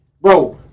Bro